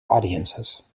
audiences